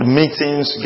meetings